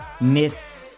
Miss